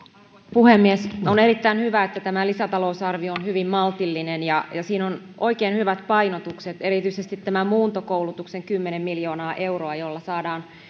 puhemies on erittäin hyvä että tämä lisätalousarvio on hyvin maltillinen ja siinä on oikein hyvät painotukset erityisesti muuntokoulutuksen kymmenen miljoonaa euroa jolla saadaan